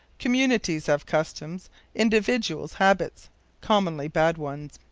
communities have customs individuals, habits commonly bad ones.